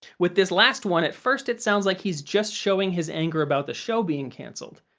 with this last one, at first it sounds like he's just showing his anger about the show being cancelled.